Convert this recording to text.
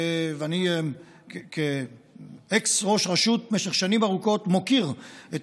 ואני כראש רשות לשעבר במשך שנים ארוכות מכיר את